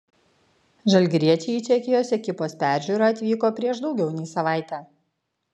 žalgiriečiai į čekijos ekipos peržiūrą atvyko prieš daugiau nei savaitę